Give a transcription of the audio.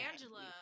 angela